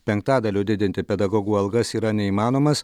penktadaliu didinti pedagogų algas yra neįmanomas